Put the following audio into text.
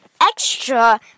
extra